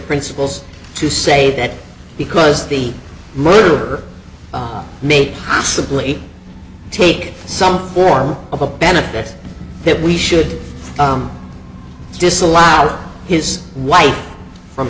principles to say that because the murder may possibly take some form of a benefit that we should disallow his wife from